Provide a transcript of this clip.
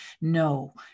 no